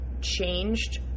changed-